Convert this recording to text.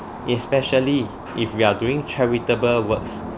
especially if we are doing charitable works